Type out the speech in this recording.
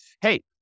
hey